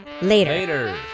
later